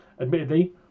Admittedly